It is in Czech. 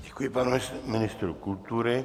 Děkuji panu ministrovi kultury.